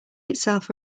itself